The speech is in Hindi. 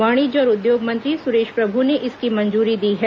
वाणिज्य और उद्योग मंत्री सुरेश प्रभु ने इसकी मंजूरी दी है